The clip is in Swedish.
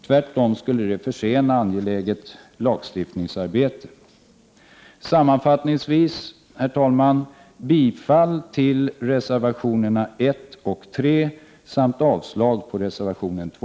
Det skulle tvärtom försena angeläget lagstiftningsarbete. Herr talman! Sammanfattningsvis yrkar jag bifall till reservation 1 och 3 samt avslag på reservation 2.